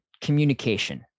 Communication